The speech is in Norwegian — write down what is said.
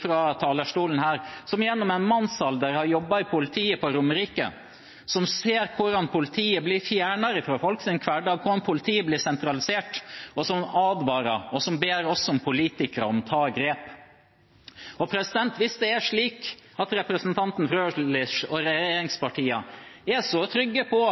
fra talerstolen her, som gjennom en mannsalder har jobbet i politiet på Romerike, og som ser hvordan politiet blir fjernere fra folks hverdag, og hvordan politiet blir sentralisert. Han advarer og ber oss som politikere om å ta grep. Hvis det er slik at representanten Frølich og regjeringspartiene er så trygge på